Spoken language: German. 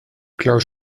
klaus